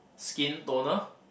skin toner